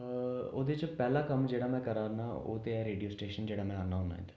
ओह्दे च पैह्ला कम्म जेह्ड़ा में करै'रना ओह् ते ऐ रेडियो स्टेशन जेह्ड़ा में आन्नां होन्ना इद्धर